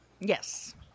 Yes